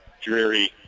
dreary